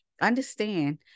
understand